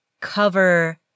cover